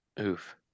oof